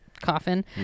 coffin